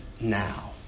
now